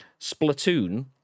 Splatoon